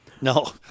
No